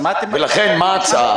אז מה אתם מציעים?